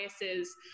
biases